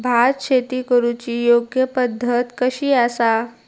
भात शेती करुची योग्य पद्धत कशी आसा?